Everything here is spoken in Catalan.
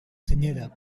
senyera